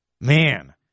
Man